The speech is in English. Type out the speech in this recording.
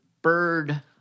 Bird